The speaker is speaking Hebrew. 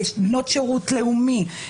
לבנות שירות לאומי,